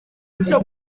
gutyo